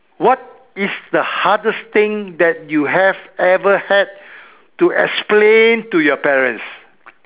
what is the hardest thing that you have ever had to explain to your parents